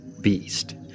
beast